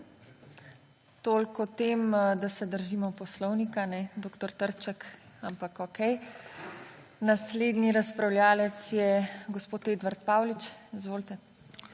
Toliko o tem, da se držimo poslovnika, dr. Trček, ampak okej. Naslednji razpravljavec je gospod Edvard Paulič. Izvolite.